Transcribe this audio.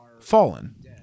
fallen